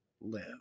live